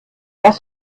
dass